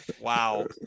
Wow